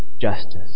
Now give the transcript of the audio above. justice